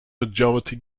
majority